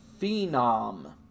Phenom